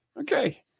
Okay